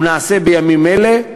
הוא נעשה בימים אלה,